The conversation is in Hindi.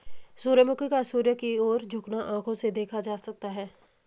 सूर्यमुखी का सूर्य की ओर झुकना आंखों से देखा जा सकता है